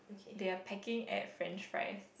they are packing uh french fries